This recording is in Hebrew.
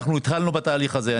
התחלנו בתהליך הזה.